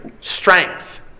strength